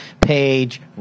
Page